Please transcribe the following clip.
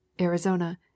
Arizona